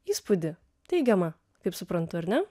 įspūdį teigiamą kaip suprantu ar ne